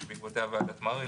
שבעקבותיה ועדת מרעי,